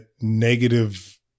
negative